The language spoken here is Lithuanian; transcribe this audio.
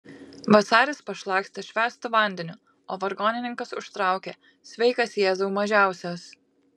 vasaris pašlakstė švęstu vandeniu o vargonininkas užtraukė sveikas jėzau mažiausias